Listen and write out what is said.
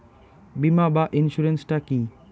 বিমা বা ইন্সুরেন্স টা কি?